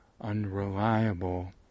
unreliable